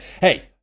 hey